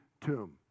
tomb